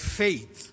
faith